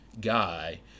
guy